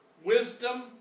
Wisdom